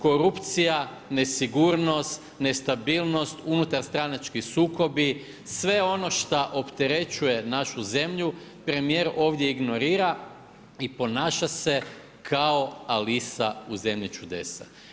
Korupcija, nesigurnost, nestabilnost, unutarstranački sukobi, sve ono šta opterećuje našu zemlju, premijer ovdje ignorira i ponaša se kao Alisa u Zemlji čuda.